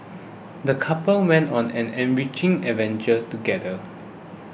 the couple went on an enriching adventure together